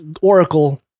Oracle